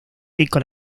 dico